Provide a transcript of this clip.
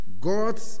God